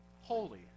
holy